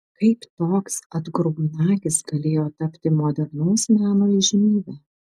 kaip toks atgrubnagis galėjo tapti modernaus meno įžymybe